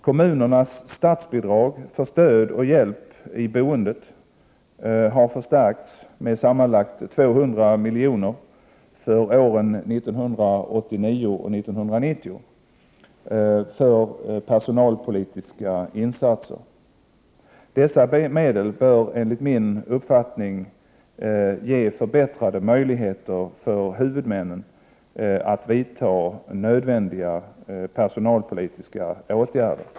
Kommunernas statsbidrag för stöd och hjälp i boendet har förstärkts med sammanlagt 200 milj.kr. för åren 1989 och 1990 för personalpolitiska insatser. Dessa medel bör enligt min uppfattning ge förbättrade möjligheter för huvudmännen att vidta nödvändiga personalpolitiska åtgärder.